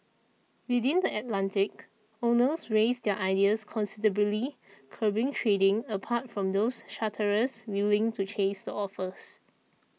within the Atlantic owners raised their ideas considerably curbing trading apart from those charterers willing to chase the offers